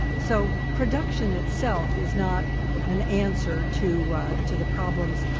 so production itself is not an answer to to the problems